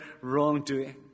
wrongdoing